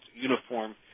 uniform